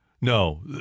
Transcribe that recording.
No